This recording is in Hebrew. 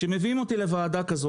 כשמביאים אותי לוועדה כזו,